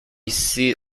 sit